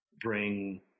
bring